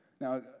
Now